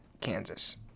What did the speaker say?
Kansas